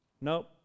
Nope